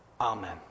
Amen